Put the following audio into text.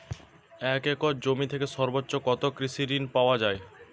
এক একর জমি থেকে সর্বোচ্চ কত কৃষিঋণ পাওয়া য়ায়?